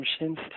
machines